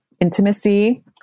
intimacy